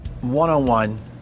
one-on-one